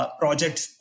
projects